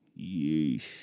Yeesh